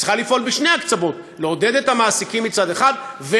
היא צריכה לפעול בשני הקצוות: לעודד את המעסיקים מצד אחד,